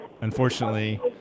unfortunately